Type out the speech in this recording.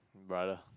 brother